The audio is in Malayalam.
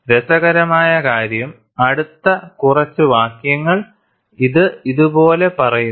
രസകരമായ കാര്യം അടുത്ത കുറച്ച് വാക്യങ്ങൾ ഇത് ഇതു പോലെ പറയുന്നു